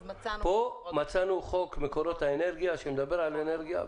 פה מצאנו את חוק מקורות האנרגיה שמדבר על אנרגיה.